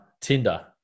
Tinder